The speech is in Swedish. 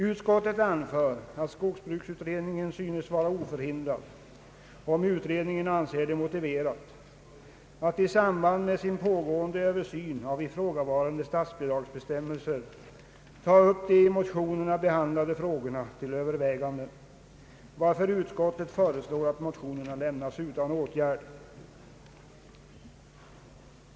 Utskottet anför att skogsbruksutred ningen synes vara oförhindrad — om utredningen anser det motiverat — att i samband med sin pågående översyn av ifrågavarande statsbidragsbestämmelser ta upp de i motionerna behandlade frågorna till övervägande, varför utskottet föreslår att motionerna lämnas utan åtgärd.